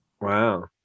Wow